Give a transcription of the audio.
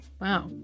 Wow